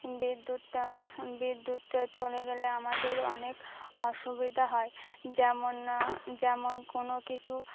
বিদ্যুৎ বিদ্যুৎ চলে গেলে আমাদের অনেক অসুবিধা হয় যেমন যেমন কোনো কিছু